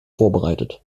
vorbereitet